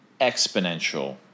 exponential